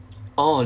orh